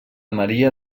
maria